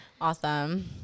Awesome